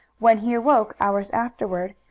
when he awoke, hours afterward,